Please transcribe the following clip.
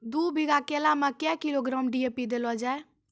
दू बीघा केला मैं क्या किलोग्राम डी.ए.पी देले जाय?